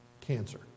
cancer